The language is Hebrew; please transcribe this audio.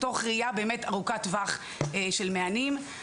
תוך ראיה ארוכת טווח של מענים.